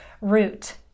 root